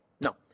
No